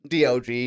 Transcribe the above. DOG